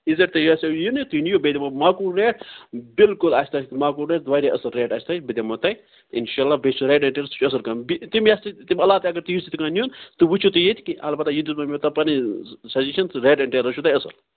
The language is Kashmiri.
ییٖزیو تۄہہِ آسیو یُنٕے تُہۍ یِیُو بیٚیہِ دِمَو بہٕ ماقوٗل ریٹ بِلکُل آسہِ تۄہہِ ماقوٗل ریٹ واریاہ اَصٕل ریٹ آسہِ تۄہہِ بہٕ دِمَو تۄہہِ اِنشاء اللہ بیٚیہِ چھِ ریڈ ایٚنٛڈ ٹٮ۪لَر سُہ چھِ اَصٕل کم بیٚیہِ تٔمۍ یژھ تہِ تٔمی علاوٕ تہِ اگر تُہۍ یژھیو کانٛہہ نیُن سُہ وُچھُو تُہۍ ییٚتہِ کہ البتہ یہِ دیُتمَو مےٚ تۄہہِ پَنٛنہِ سَجَشین ریڈ ایٚنٛد ٹٮ۪لَر چھُو تۄہہِ اَصٕل